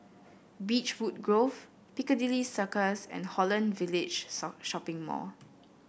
Beechwood Grove Piccadilly Circus and Holland Village Shopping Mall